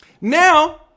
Now